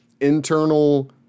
internal